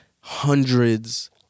hundreds